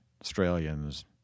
Australians